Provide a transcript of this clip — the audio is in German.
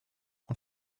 und